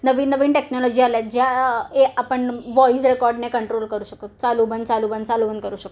नवीन नवीन टेक्नॉलॉजी आले आहेत ज्या ए आपण वॉईज रेकॉर्डने कंट्रोल करू शकतो चालू बंद चालू बंद चालू बंद करू शकतो